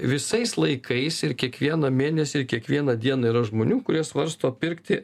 visais laikais ir kiekvieną mėnesį ir kiekvieną dieną yra žmonių kurie svarsto pirkti